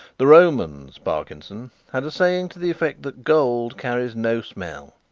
the romans, parkinson, had a saying to the effect that gold carries no smell.